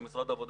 של משרד העבודה,